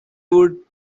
would